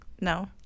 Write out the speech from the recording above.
No